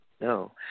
No